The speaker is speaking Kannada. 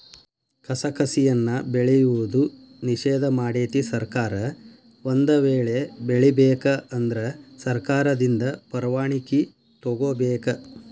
ಕಸಕಸಿಯನ್ನಾ ಬೆಳೆಯುವುದು ನಿಷೇಧ ಮಾಡೆತಿ ಸರ್ಕಾರ ಒಂದ ವೇಳೆ ಬೆಳಿಬೇಕ ಅಂದ್ರ ಸರ್ಕಾರದಿಂದ ಪರ್ವಾಣಿಕಿ ತೊಗೊಬೇಕ